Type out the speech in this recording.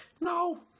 No